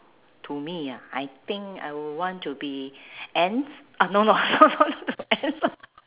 to me ah I think I would want to be ants oh no no ants